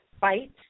fight